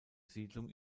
siedlung